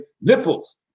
nipples